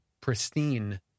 pristine